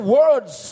words